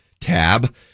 tab